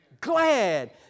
glad